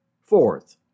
Fourth